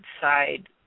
side